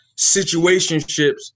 situationships